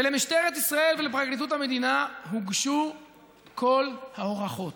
למשטרת ישראל ולפרקליטות המדינה הוגשו כל ההוכחות,